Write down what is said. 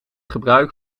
gebruik